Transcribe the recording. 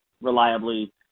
reliably